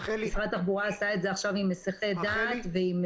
משרד התחבורה עשה את זה עם מסיחי דעת ועם